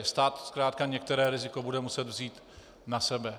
Stát zkrátka některé riziko bude muset vzít na sebe.